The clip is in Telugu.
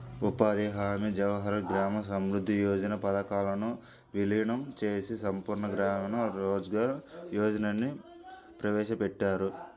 ఉపాధి హామీ, జవహర్ గ్రామ సమృద్ధి యోజన పథకాలను వీలీనం చేసి సంపూర్ణ గ్రామీణ రోజ్గార్ యోజనని ప్రవేశపెట్టారు